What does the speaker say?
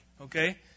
okay